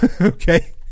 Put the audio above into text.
okay